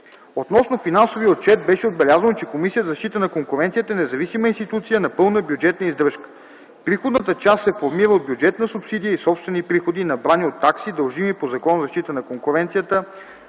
Относно финансовия отчет беше отбелязано, че Комисията за защита на конкуренцията е независима институция на пълна бюджетна издръжка. Приходната част се формира от бюджетна субсидия и собствени приходи, набрани от такси, дължими по Закона за защита на конкуренцията,